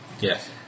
Yes